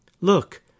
Look